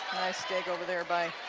nice dig over there by